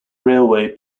railway